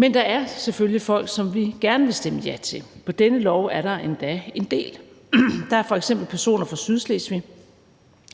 Der er selvfølgelig folk, som vi gerne vil stemme ja til. På dette lovforslag er der endda en del. Der er f.eks. personer fra Sydslesvig,